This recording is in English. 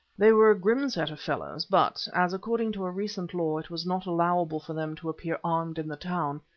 they were a grim set of fellows, but as, according to a recent law it was not allowable for them to appear armed in the town,